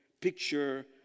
picture